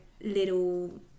little